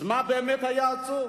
אז מה באמת היה עצוב?